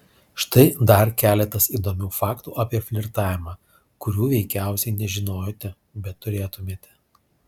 štai dar keletas įdomių faktų apie flirtavimą kurių veikiausiai nežinojote bet turėtumėte